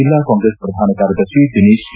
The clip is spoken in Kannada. ಜಿಲ್ಲಾ ಕಾಂಗ್ರೆಸ್ ಪ್ರಧಾನ ಕಾರ್ಯದರ್ತಿ ದಿನೇಶ್ ಕೆ